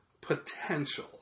potential